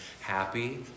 happy